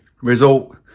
result